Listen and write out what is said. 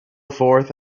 forth